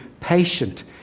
patient